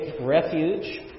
refuge